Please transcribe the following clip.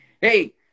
hey